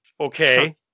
okay